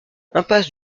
impasse